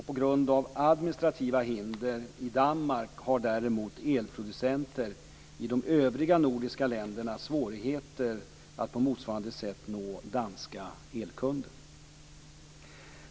På grund av administrativa hinder i Danmark har däremot elproducenter i de övriga nordiska länderna svårigheter att på motsvarande sätt nå danska elkunder.